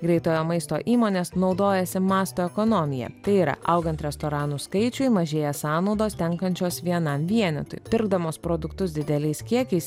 greitojo maisto įmonės naudojasi masto ekonomija tai yra augant restoranų skaičiui mažėja sąnaudos tenkančios vienam vienetui pirkdamos produktus dideliais kiekiais